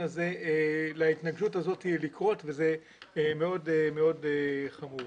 להתנגשות הזאת לקרות וזה מאוד מאוד חמור.